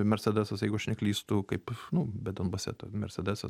mersedesas jeigu aš neklystu kaip nu bet donbase mersedesas